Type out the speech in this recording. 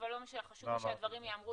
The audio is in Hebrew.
-- אבל לא משנה, חשוב לי שהדברים ייאמרו.